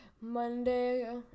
Monday